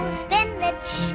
spinach